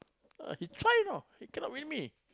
he tried you know he cannot win me